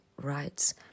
rights